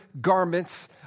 garments